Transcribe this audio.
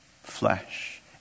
flesh